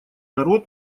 народ